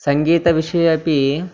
सङ्गीतविषये अपि